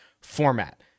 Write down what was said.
format